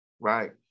right